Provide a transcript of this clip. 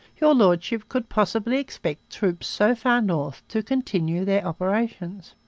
your lordship could possibly expect troops so far north to continue their operations